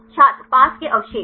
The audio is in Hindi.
छात्र पास के अवशेष